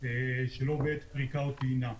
שלא דרך פריקה וטעינה".